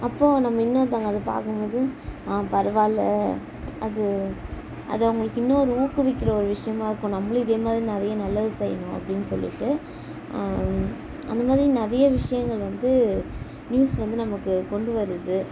அப்போது நம்ம இன்னொருத்தங்க அதை பார்க்கும்போது ஆ பரவாயில்ல அது அது அவங்களுக்கு இன்னும் ஒரு ஊக்குவிக்கிற ஒரு விஷயமா இருக்கும் நம்மளும் இதே மாதிரி நிறைய நல்லது செய்யணும் அப்படின்னு சொல்லிவிட்டு அந்த மாதிரி நிறைய விஷயங்கள் வந்து நியூஸ் வந்து நமக்கு கொண்டு வருது